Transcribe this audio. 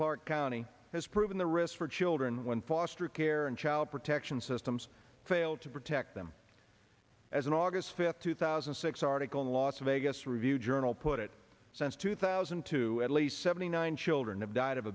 clark county has proven the risk for children when foster care and child protection systems failed to protect them as an august fifth two thousand and six article in los vegas review journal put it since two thousand and two at least seventy nine children have died of